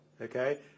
okay